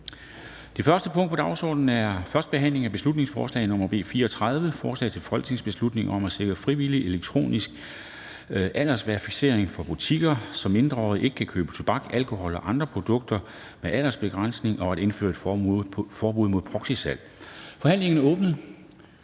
Det første punkt på dagsordenen er: 1) 1. behandling af beslutningsforslag nr. B 34: Forslag til folketingsbeslutning om at sikre en frivillig elektronisk aldersverificering for butikker, så mindreårige ikke kan købe tobak, alkohol og andre produkter med aldersbegrænsning, og at indføre et forbud mod proxysalg. Af Per